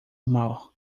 mal